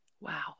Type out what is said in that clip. Wow